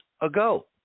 ago